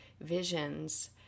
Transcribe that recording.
visions